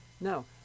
no